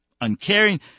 uncaring